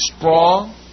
strong